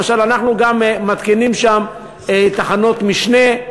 למשל, אנחנו גם מתקינים שם תחנות משנה.